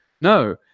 No